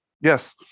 Yes